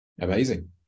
Amazing